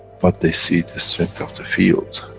but they see the strength of the fields,